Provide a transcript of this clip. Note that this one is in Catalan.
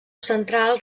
central